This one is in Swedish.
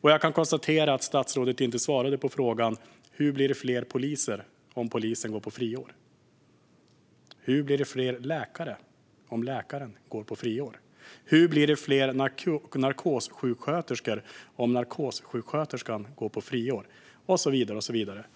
Jag kan konstatera att statsrådet inte svarade på frågan hur det blir fler poliser om polisen går på friår. Hur blir det fler läkare om läkaren går på friår? Hur blir det fler narkossjuksköterskor om narkossjuksköterskan går på friår?